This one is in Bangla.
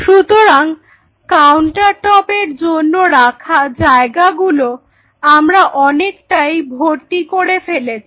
সুতরাং কাউন্টারটপ এর জন্য রাখা জায়গাগুলো আমরা অনেকটাই ভর্তি করে ফেলেছি